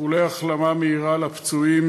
איחולי החלמה מהירה לפצועים,